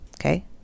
okay